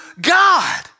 God